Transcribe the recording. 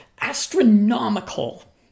astronomical